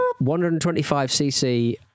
125cc